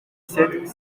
sept